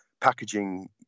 packaging